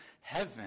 heaven